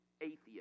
Atheist